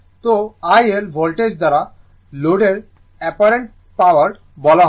তো IL voltage দ্বারা লোডের অ্যাপারেন্ট পাওয়ার বলা হবে